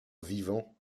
vivant